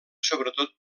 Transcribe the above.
sobretot